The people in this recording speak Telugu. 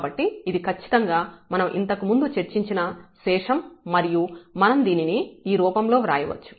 కాబట్టి ఇది ఖచ్చితంగా మనం ఇంతకుముందు చర్చించిన శేషం మరియు మనం దీనిని ఈ రూపంలో వ్రాయవచ్చు